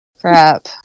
Crap